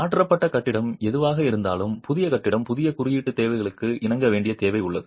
மாற்றப்பட்ட கட்டிடம் எதுவாக இருந்தாலும் புதிய கட்டிடம் புதிய குறியீட்டு தேவைகளுக்கு இணங்க வேண்டிய தேவை உள்ளது